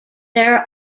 there